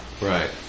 Right